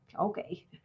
okay